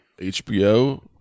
HBO